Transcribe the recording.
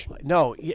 no